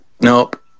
nope